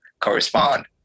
correspond